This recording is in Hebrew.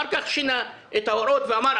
ואחר כך שינה את ההוראות ואמר,